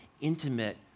intimate